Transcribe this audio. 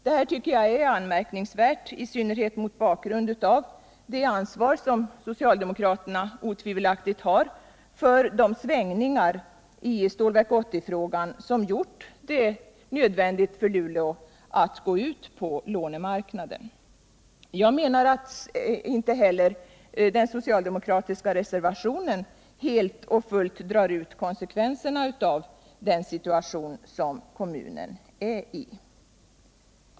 Detta är anmärkningsvärt, i synnerhet mot bakgrund av det ansvar som socialdemokraterna otvivelaktigt har för de svängningar i Stålverk 80-frågan som har gjort det nödvändigt för Luleå att gå ut på lånemarknaden. Jag menar att inte heller den socialdemokratiska reservationen helt och fullt tar konsekvenserna av den situation som kommunen är i.